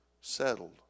settled